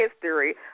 history